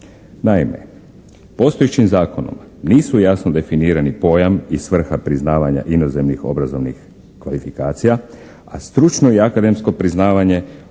Naime, postojećim zakonom nisu jasno definirani pojam i svrha priznavanja inozemnih obrazovnih kvalifikacija, a stručno i akademsko priznavanje